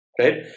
Right